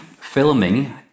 filming